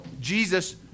Jesus